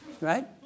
Right